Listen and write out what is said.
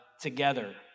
together